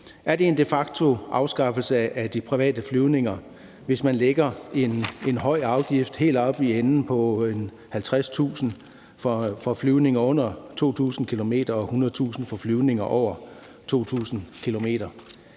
Er det de facto en afskaffelse af de private flyvninger, hvis man lægger en høj afgift helt oppe i nærheden af 50.000 kr. på flyvninger på under 2.000 km og 100.000 kr. på flyvninger på over 2.000 km?